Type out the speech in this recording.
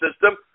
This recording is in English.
system